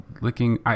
licking